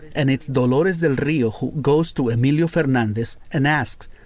and it's dolores del rio who goes to amelio fernandes and asks,